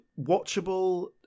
watchable